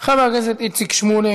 חבר הכנסת איציק שמולי,